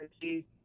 see